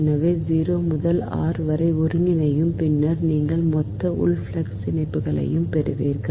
எனவே 0 முதல் r வரை ஒருங்கிணைக்கவும் பின்னர் நீங்கள் மொத்த உள் ஃப்ளக்ஸ் இணைப்புகளைப் பெறுவீர்கள்